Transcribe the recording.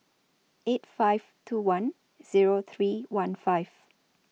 eight five two one Zero three one five